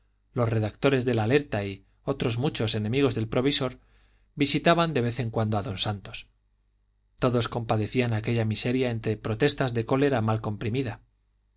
los redactores del alerta y otros muchos enemigos del provisor visitaban de vez en cuando a don santos todos compadecían aquella miseria entre protestas de cólera mal comprimida